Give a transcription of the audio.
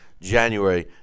January